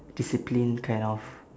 discipline kind of